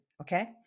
okay